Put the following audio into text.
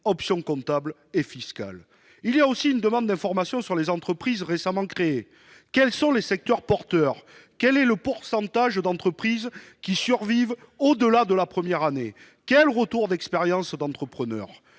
options comptables et fiscales. Ces aspirants sont aussi en demande d'informations sur les entreprises récemment créées : quels sont les secteurs porteurs ? Quel est le pourcentage d'entreprises qui survivent au-delà de la première année ? Quels sont les retours d'expérience des entrepreneurs ?